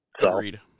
agreed